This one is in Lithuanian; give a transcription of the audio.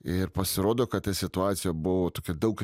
ir pasirodo kad ta situacija buvo tokia daug